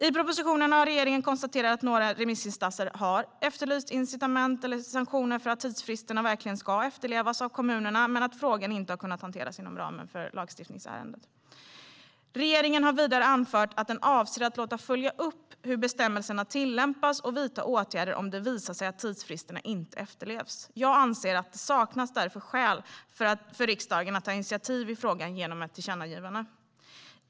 I propositionen har regeringen konstaterat att några remissinstanser har efterlyst incitament eller sanktioner för att tidsfristerna verkligen ska efterlevas av kommunerna men att frågan inte har kunnat hanteras inom ramen för lagstiftningsärendet. Regeringen har vidare anfört att den avser att låta följa upp hur bestämmelserna tillämpas och vidta åtgärder om det visar sig att tidsfristerna inte efterlevs. Jag anser därför att det saknas skäl för riksdagen att ta något initiativ i frågan genom ett tillkännagivande.